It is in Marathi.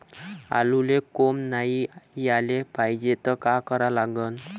आलूले कोंब नाई याले पायजे त का करा लागन?